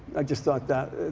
i just thought that